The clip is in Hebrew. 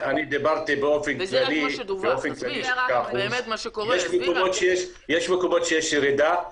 אני דיברתי באופן כללי 6%. יש מקומות שיש ירידה,